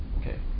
okay